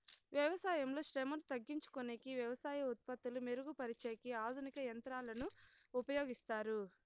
వ్యవసాయంలో శ్రమను తగ్గించుకొనేకి వ్యవసాయ ఉత్పత్తులు మెరుగు పరిచేకి ఆధునిక యంత్రాలను ఉపయోగిస్తారు